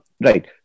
Right